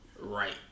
right